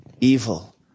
evil